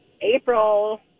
April